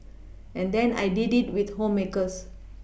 and then I did it with homemakers